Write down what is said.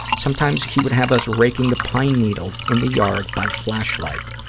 sometimes he would have us raking the pine needles in the yard by flashlight.